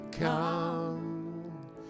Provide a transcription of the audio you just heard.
Come